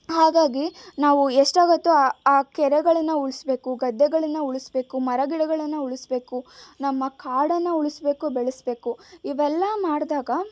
ಹಾಗಾಗಿ ನಾವು ಎಷ್ಟಾಗತ್ತೋ ಆ ಆ ಕೆರೆಗಳನ್ನು ಉಳಿಸಬೇಕು ಗದ್ದೆಗಳನ್ನು ಉಳಿಸಬೇಕು ಮರಗಿಡಗಳನ್ನು ಉಳಿಸಬೇಕು ನಮ್ಮ ಕಾಡನ್ನು ಉಳಿಸಬೇಕು ಬೆಳೆಸಬೇಕು ಇವೆಲ್ಲ ಮಾಡಿದಾಗ